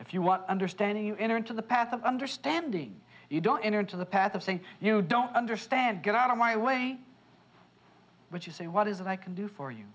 want understanding you enter into the path of understanding you don't enter into the path of saying you don't understand get out of my way which you say what is it i can do for you